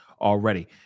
already